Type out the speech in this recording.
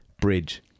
Bridge